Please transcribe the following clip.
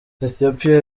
ethiopia